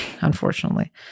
unfortunately